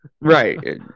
Right